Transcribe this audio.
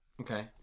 Okay